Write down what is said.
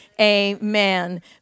Amen